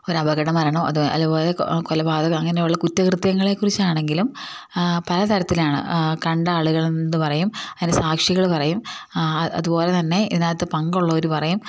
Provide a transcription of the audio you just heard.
ഒരു അപകട മരണമോ അതേ പോലെ കൊലപാതകം അങ്ങനെയുള്ള കുറ്റകൃത്യങ്ങളെ കുറിച്ചാണെങ്കിലും പല തരത്തിലാണ് കണ്ട ആളുകൾ എന്തു പറയും അതിൻ്റെ സാക്ഷികൾ പറയും അതുപോലെ തന്നെ ഇതിനകത്ത് പങ്കുള്ളവർ പറയും